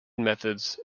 methods